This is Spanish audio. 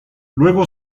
luego